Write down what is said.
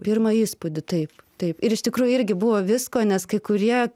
pirmą įspūdį taip taip ir iš tikrųjų irgi buvo visko nes kai kurie